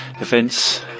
events